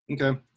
Okay